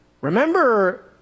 Remember